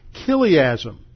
kiliasm